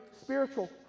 spiritual